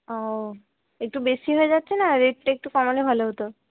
ও একটু বেশি হয়ে যাচ্ছে না রেটটা একটু কমালে ভালো হতো